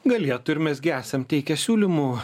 galėtų ir mes gi esam teikę siūlymų